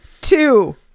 two